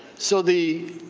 so the